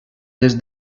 des